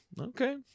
Okay